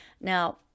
Now